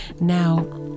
now